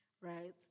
right